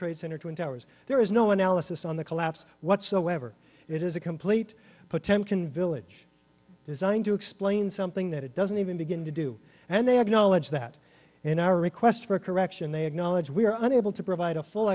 trade center twin towers there is no analysis on the collapse whatsoever it is a complete potemkin village designed to explain something that it doesn't even begin to do and they acknowledge that in our request for a correction they acknowledge we are unable to provide a full